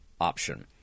option